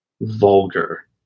vulgar